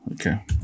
okay